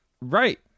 right